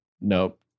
Nope